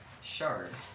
shard